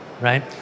right